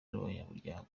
n’abanyamuryango